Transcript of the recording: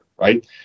right